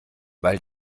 weil